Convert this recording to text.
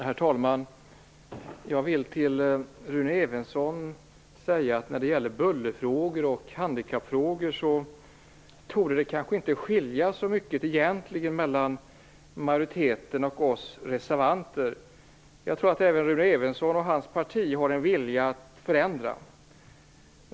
Herr talman! Jag vill till Rune Evensson säga när det gäller bullerfrågor och handikappfrågor att det egentligen inte torde skilja så mycket mellan majoriteten och oss reservanter. Jag tror att även Rune Evensson och hans parti har en vilja att förändra.